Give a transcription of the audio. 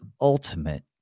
ultimate